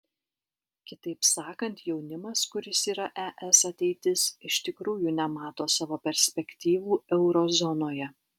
kitaip sakant jaunimas kuris yra es ateitis iš tikrųjų nemato savo perspektyvų euro zonoje